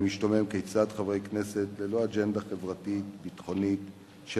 משתומם כיצד חברי כנסת ללא אג'נדה חברתית או ביטחונית של